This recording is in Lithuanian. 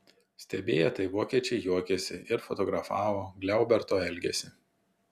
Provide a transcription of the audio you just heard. stebėję tai vokiečiai juokėsi ir fotografavo gliauberto elgesį